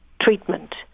treatment